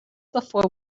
before